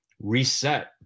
reset